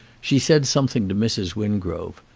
she said something to mrs. wingrove.